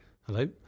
Hello